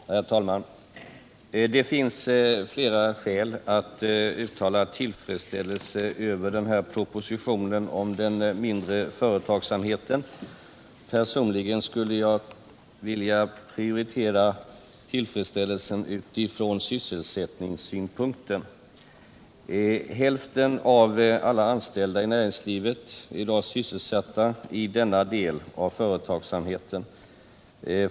Herr talman! Det finns flera skäl att uttala tillfredsställelse över den här propositionen om den mindre företagsamheten. Personligen skulle jag vilja prioritera tillfredsställelsen utifrån sysselsättningssynpunkten. Hälften av alla anställda i näringslivet är i dag sysselsatta i denna del av företagsamheten.